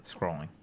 scrolling